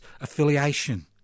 affiliation